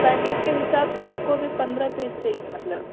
packet के हिसाब से उसको भी पंद्रह पीस चाहिए मतलब